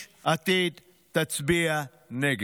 יש עתיד תצביע נגד,